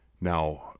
Now